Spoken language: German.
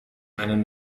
einen